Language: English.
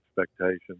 expectations